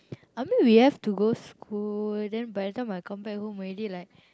I mean we have to go school then by the time I come back home already like